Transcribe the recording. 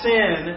Sin